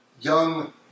young